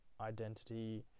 identity